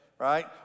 Right